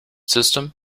system